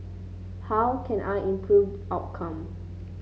how can I improve outcome